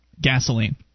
gasoline